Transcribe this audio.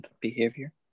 behavior